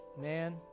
man